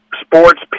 sports